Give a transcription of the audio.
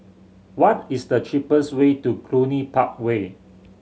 what is the cheapest way to Cluny Park Way